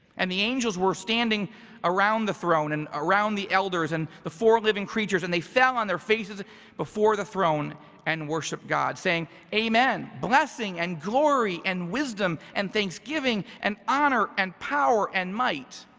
and the angels were standing around the throne and around the elders and the four living creatures and they fell on their faces before the throne and worship god saying, amen, blessing and glory and wisdom and thanksgiving, and honor, and power, and might